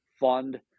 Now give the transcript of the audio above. fund